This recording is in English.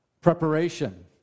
Preparation